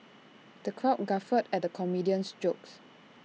the crowd guffawed at the comedian's jokes